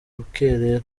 rukerera